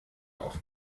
auf